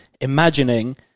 imagining